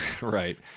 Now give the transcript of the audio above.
right